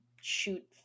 shoot